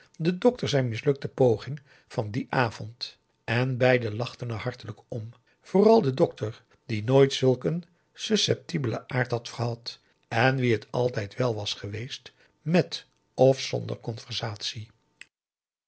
den dokter zijn mislukte poging van dien avond en beiden lachten er hartelijk om vooral de dokter die nooit zulk een susceptibelen aard had gehad en wien het altijd wèl was geweest met of zonder conversatie